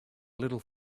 little